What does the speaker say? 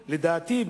לדעתי,